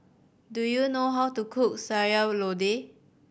do you know how to cook Sayur Lodeh